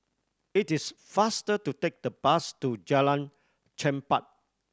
it is faster to take the bus to Jalan Chempah